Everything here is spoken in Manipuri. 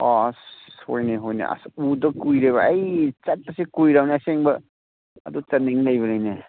ꯑꯣ ꯑꯁ ꯍꯣꯏꯅꯦ ꯍꯣꯏꯅꯦ ꯑꯁ ꯎꯗꯕ ꯀꯨꯏꯔꯦꯕ ꯑꯩ ꯆꯠꯄꯁꯤ ꯀꯨꯏꯔꯕꯅꯤ ꯑꯁꯦꯡꯕ ꯑꯗꯨ ꯆꯠꯅꯤꯡ ꯂꯩꯕꯅꯤꯅꯦ